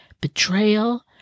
Betrayal